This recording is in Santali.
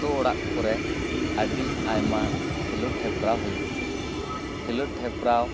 ᱟᱛᱳ ᱚᱲᱟᱜ ᱠᱚᱨᱮ ᱟᱹᱰᱤ ᱟᱭᱢᱟ ᱠᱷᱮᱞᱳᱰ ᱦᱮᱯᱨᱟᱣ ᱦᱩᱭᱩᱜ ᱜᱮᱭᱟ ᱠᱷᱮᱞᱳᱰ ᱦᱮᱯᱨᱟᱣ